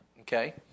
okay